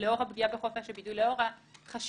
לאור הפגיעה בחופש הביטוי, לאור החשיבות